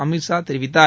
அமித் ஷா தெரிவித்தார்